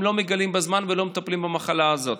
לא מגלים בזמן ולא מטפלים במחלה הזאת.